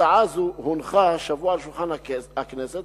הצעה זו הונחה השבוע על שולחן הכנסת